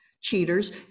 cheaters